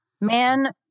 Man-